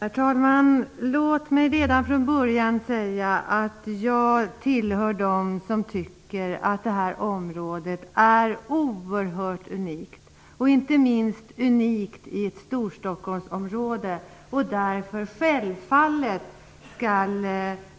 Herr talman! Låt mig redan från början säga att jag tillhör dem som tycker att det här området är oerhört unikt, inte minst i ett storstadsområde, och därför självfallet skall